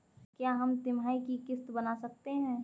क्या हम तिमाही की किस्त बना सकते हैं?